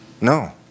no